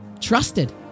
trusted